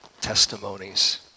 testimonies